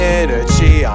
energy